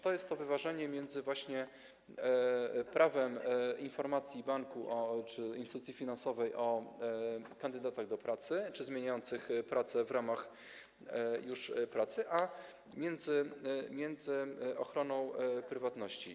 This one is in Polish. To jest to wyważenie między właśnie prawem do informacji banku czy instytucji finansowej o kandydatach do pracy czy zmieniających pracę już w ramach pracy a między ochroną prywatności.